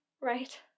Right